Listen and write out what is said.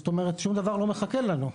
זאת אומרת, שום דבר לא מחכה לנו.